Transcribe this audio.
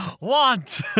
want